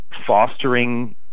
fostering